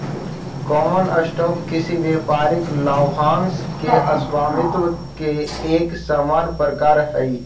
common stock किसी व्यापारिक लाभांश के स्वामित्व के एक सामान्य प्रकार हइ